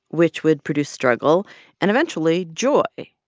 which would produce struggle and eventually joy.